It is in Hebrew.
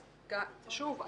שוב,